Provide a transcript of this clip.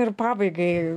ir pabaigai